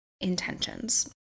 intentions